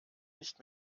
nicht